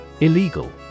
Illegal